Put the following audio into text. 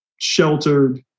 sheltered